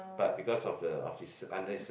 but because of the of his under